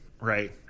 right